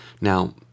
Now